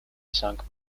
sunk